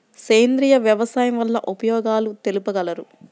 సేంద్రియ వ్యవసాయం వల్ల ఉపయోగాలు తెలుపగలరు?